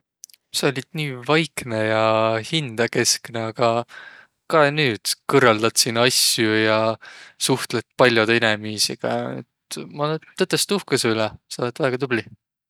Saq ollit nii vaiknõ ja hindäkeskne, aga kaeq nüüd! Kõrraldat siin asjo ja suhtlõt pall'odõ inemiisiga, et maq olõ tõtõstõ uhkõ suq üle.